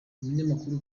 umunyamakuru